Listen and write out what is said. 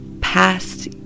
past